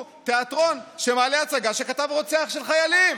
תיאטרון שמעלה הצגה שכתב רוצח של חיילים,